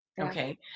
okay